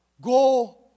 go